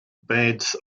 beds